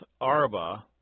Arba